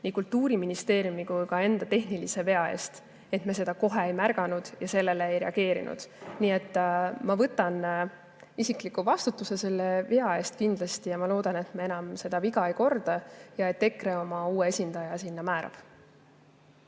nii Kultuuriministeeriumi kui ka enda tehnilise vea eest, et me seda kohe ei märganud ja sellele ei reageerinud. Ma võtan isikliku vastutuse selle vea eest ja loodan, et me enam seda viga ei korda ja et EKRE määrab sinna oma